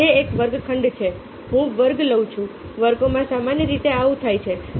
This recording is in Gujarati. તે એક વર્ગખંડ છે હું વર્ગો લઉં છું વર્ગોમાં સામાન્ય રીતે આવું થાય છે